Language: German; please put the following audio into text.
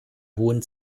hohen